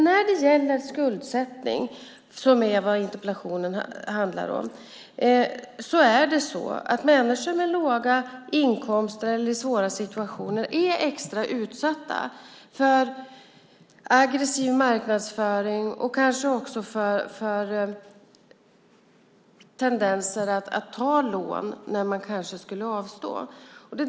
När det gäller skuldsättning, som interpellationen handlar om, är människor med låga inkomster, eller de som befinner sig i en svår situation, extra utsatta för aggressiv marknadsföring och kanske också för tendenser att ta lån när man borde avstå.